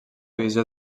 divisió